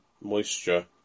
moisture